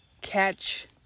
catch